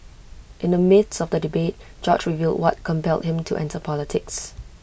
in the midst of the debate George revealed what compelled him to enter politics